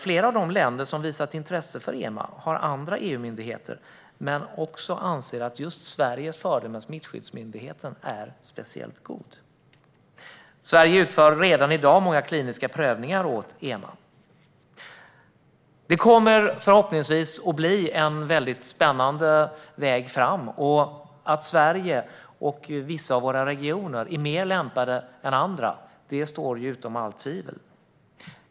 Flera av de länder som har visat intresse för EMA har andra EU-myndigheter, men anser också att just Sveriges fördel med Smittskyddsmyndigheten är särskilt stor. Sverige utför redan i dag många kliniska prövningar åt EMA. Det kommer förhoppningsvis att bli en spännande väg. Att Sverige och vissa av våra regioner är mer lämpade än andra står utom allt tvivel.